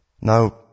Now